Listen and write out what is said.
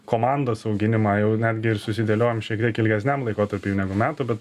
komandos auginimą jau netgi ir susidėliojom šiek tiek ilgesniam laikotarpiui negu metų bet